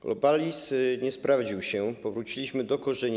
Globalizm nie sprawdził się, powróciliśmy do korzeni.